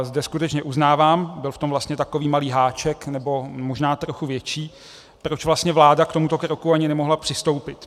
Zde skutečně uznávám, byl v tom vlastně takový malý háček, nebo možná trochu větší, proč vlastně vláda k tomuto kroku ani nemohla přistoupit.